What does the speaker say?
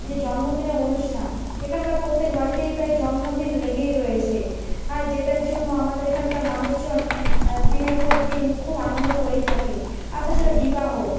যে জন্মদিনের অনুষ্ঠান এখানকার প্রত্যেকটা বাড়িতেই প্রায় জন্মদিন লেগেই রয়েছে আর যেটার জন্য আমাদের এখানকার মানুষজন দিনের পর দিন খুব আনন্দ করেই থাকে আর তাছাড়া বিবাহ